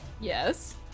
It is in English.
Yes